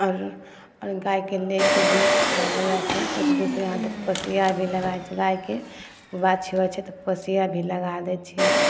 आओर गायके लेके भी चरबै जाइ छै एक दूसरे हाथे पोसिया भी लागै छै गायके बाछी होइ छै तऽ पोसिया भी लगा दै छियै